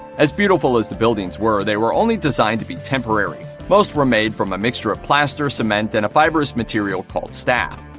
as beautiful as the buildings were, they were only designed to be temporary. most were made from a mixture of plaster, cement, and a fibrous material called staff.